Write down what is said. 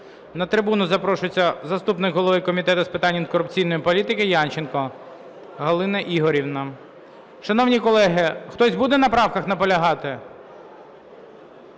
На трибуну запрошується заступник голови Комітету з питань антикорупційної політики Янченко Галина Ігорівна. Шановні колеги, хтось буде на правках наполягати?